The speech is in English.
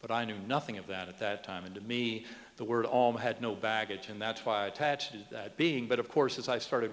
but i knew nothing of that at that time and to me the word all had no baggage and that's why i attach to that being but of course as i started